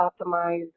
optimized